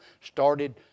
started